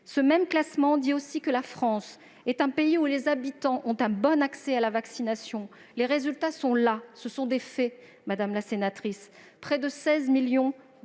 Ce même classement dit aussi que la France est un pays où les habitants ont un bon accès à la vaccination. Les résultats sont là, et ce sont des faits, madame la sénatrice.